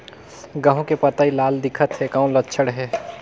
गहूं के पतई लाल दिखत हे कौन लक्षण हे?